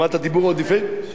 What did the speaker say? שומר פיו ולשונו.